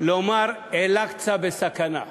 לומר "אל-אקצא בסכנה".